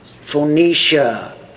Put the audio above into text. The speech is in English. Phoenicia